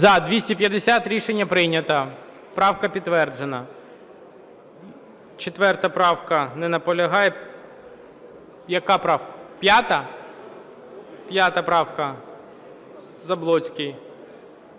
За-250 Рішення прийнято. Правка підтверджена. 4 правка. Не наполягає. Яка правка? 5-а? 5 правка, Заблоцький.